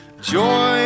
joy